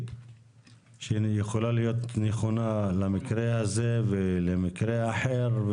שיכולה להיות נכונה למקרה הזה ולמקרה אחר,